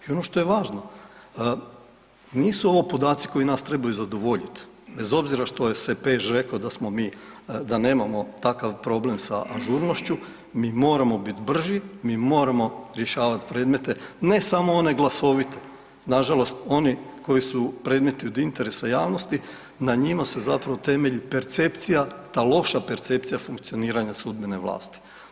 I ono što je važno, nisu ovo podaci koji nas trebaju zadovoljiti bez obzira što je SEPEZ rekao da smo mi, da nemamo takav problem sa ažurnošću, mi moramo biti brži, mi moramo rješavati predmete ne samo one glasovite, nažalost oni koji su predmeti o interesa javnosti na njima se zapravo temelji percepcija, ta loša percepcija funkcioniranja sudbene vlasti.